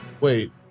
Wait